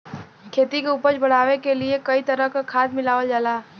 खेती क उपज बढ़ावे क लिए कई तरह क खाद मिलावल जाला